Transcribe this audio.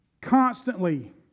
constantly